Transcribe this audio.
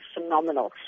phenomenal